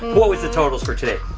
what was the totals for today?